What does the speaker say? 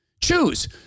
Choose